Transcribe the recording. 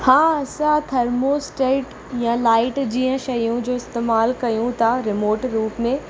हा असां थर्मोस्टेट या लाइट जीअं शयुनि जो इस्तेमालु कयूं था रिमोट रूप में